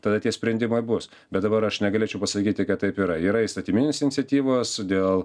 tada tie sprendimai bus bet dabar aš negalėčiau pasakyti kad taip yra yra įstatyminės iniciatyvos dėl